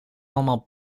allemaal